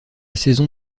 saison